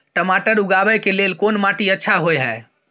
टमाटर उगाबै के लेल कोन माटी अच्छा होय है?